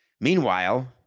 Meanwhile